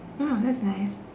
!wah! that's nice